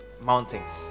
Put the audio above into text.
mountains